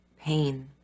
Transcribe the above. Pain